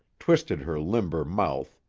twisted her limber mouth,